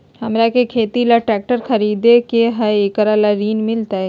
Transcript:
हमरा के खेती ला ट्रैक्टर खरीदे के हई, एकरा ला ऋण मिलतई?